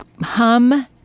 hum